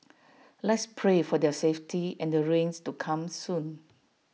let's pray for their safety and the rains to come soon